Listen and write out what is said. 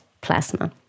Plasma